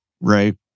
right